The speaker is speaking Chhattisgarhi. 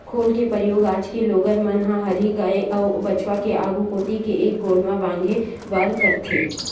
खोल के परियोग आज के लोगन मन ह हरही गाय अउ बछवा के आघू कोती के एक गोड़ म बांधे बर करथे